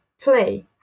play